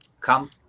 Come